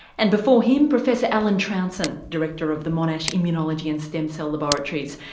and before him professor alan trounson, director of the monash immunology and stem cell laboratories.